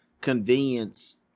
convenience